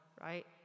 Right